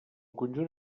conjunt